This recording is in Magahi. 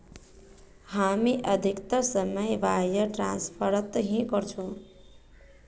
हामी अधिकतर समय वायर ट्रांसफरत ही करचकु